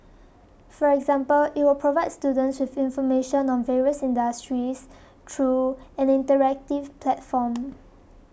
for example it will provide students with information on various industries through an interactive platform